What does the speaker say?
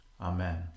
Amen